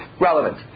relevant